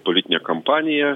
politinė kampanija